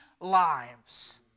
lives